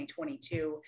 2022